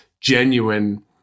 genuine